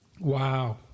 Wow